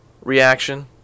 reaction